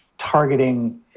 Targeting